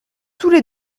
toutes